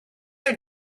are